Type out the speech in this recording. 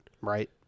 Right